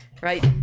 right